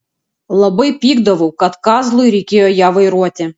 labai pykdavau kad kazlui reikėjo ją vairuoti